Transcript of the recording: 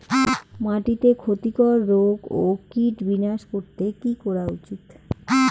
মাটিতে ক্ষতি কর রোগ ও কীট বিনাশ করতে কি করা উচিৎ?